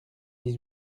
dix